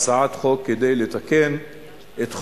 הצעות חוק כדי לתקן את חוק-יסוד: